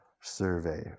survey